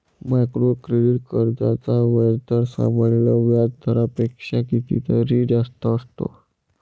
micro credit कर्जांचा व्याजदर सामान्य व्याज दरापेक्षा कितीतरी जास्त असतो